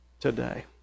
today